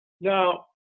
Now